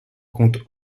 compte